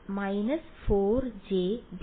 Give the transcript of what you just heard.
വിദ്യാർത്ഥി − 4jb